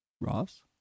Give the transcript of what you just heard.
Ross